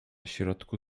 środku